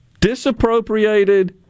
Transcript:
disappropriated